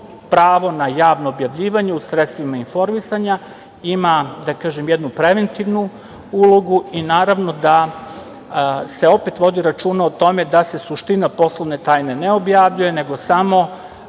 pravo na javnom objavljivanju u sredstvima informisanja ima, da kažem, jednu preventivnu ulogu i naravno da se opet vodi računa o tome da se suština poslovne tajne ne objavljuje, nego samo